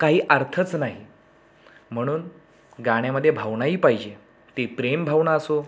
काही अर्थच नाही म्हणून गाण्यामध्ये भावनाही पाहिजे ती प्रेम भावना असो